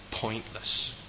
pointless